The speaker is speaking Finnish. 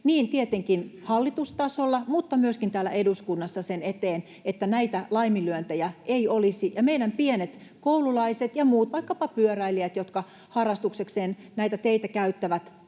eteen tietenkin hallitustasolla mutta myöskin täällä eduskunnassa, että näitä laiminlyöntejä ei olisi ja meidän pienet koululaiset ja muut, vaikkapa pyöräilijät, jotka harrastuksekseen näitä teitä käyttävät,